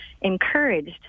encouraged